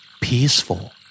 Peaceful